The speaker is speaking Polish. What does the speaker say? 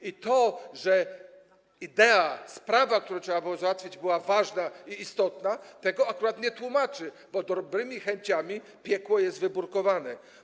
I to, że idea, sprawa, którą trzeba było załatwić, była ważna, istotna, tego akurat nie tłumaczy, bo dobrymi chęciami piekło jest wybrukowane.